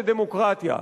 לדמוקרטיה.